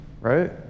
right